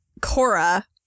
Cora